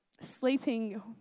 sleeping